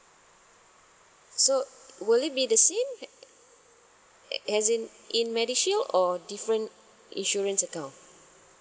so would it be the same as in in medishield or different insurance account